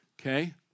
okay